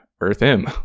Earth-M